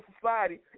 society